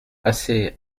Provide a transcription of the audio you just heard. assez